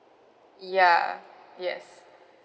ya yes